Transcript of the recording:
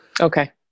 Okay